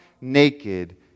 naked